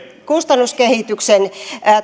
kustannuskehityksen